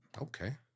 Okay